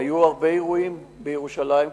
היו הרבה אירועים בירושלים,